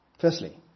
firstly